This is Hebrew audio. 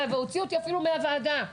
ואפילו הוציאו אותי מהוועדה.